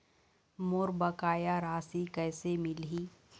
मोर बकाया राशि कैसे मिलही?